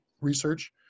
research